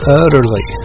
utterly